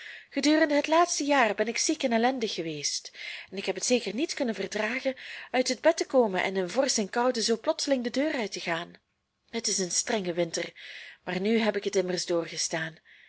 gedurende het laatste jaar ben ik ziek en ellendig geweest en ik heb het zeker niet kunnen verdragen uit het bed te komen en in vorst en koude zoo plotseling de deur uit te gaan het is een strenge winter maar nu heb ik het immers